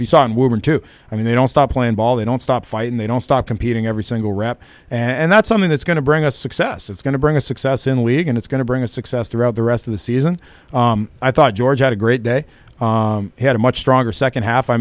going to i mean they don't stop playing ball they don't stop fighting they don't stop competing every single rep and that's something that's going to bring us success it's going to bring a success in the league and it's going to bring a success throughout the rest of the season i thought george had a great day had a much stronger second half i